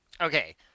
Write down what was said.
okay